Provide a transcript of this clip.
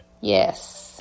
yes